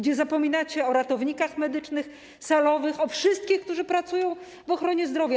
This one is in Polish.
Zapominacie o ratownikach medycznych, salowych, o wszystkich, którzy pracują w ochronie zdrowia.